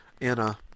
Anna